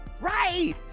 Right